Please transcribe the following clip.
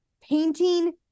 painting